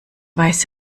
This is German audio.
weiß